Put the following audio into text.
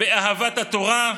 באהבת התורה,